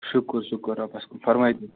شُکُر شُکُر رۄبَس کُن فَرمٲیِو